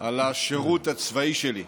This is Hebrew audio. על השירות הצבאי שלי.